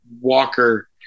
Walker